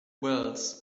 wells